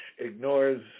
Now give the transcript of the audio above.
ignores